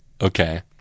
Okay